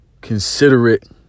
considerate